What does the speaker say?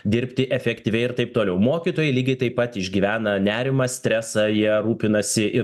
dirbti efektyviai ir taip toliau mokytojai lygiai taip pat išgyvena nerimą stresą jie rūpinasi ir